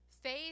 Faith